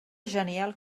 genial